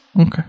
Okay